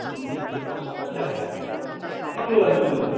फम्बी थुक्पासुक्पा चियासिया खानुपर्छ नि कति बेला निक्लिने त